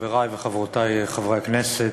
חברי וחברותי חברי הכנסת,